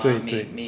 对对